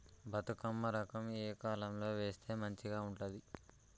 బతుకమ్మ రకం ఏ కాలం లో వేస్తే మంచిగా ఉంటది?